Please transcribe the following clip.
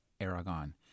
Aragon